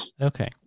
Okay